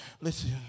listen